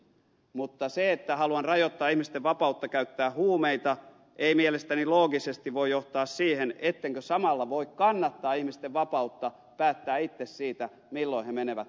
mutta se että haluan rajoittaa ihmisten vapautta käyttää huumeita ei mielestäni loogisesti voi johtaa siihen ettenkö samalla voi kannattaa ihmisten vapautta päättää itse siitä milloin he menevät kauppaan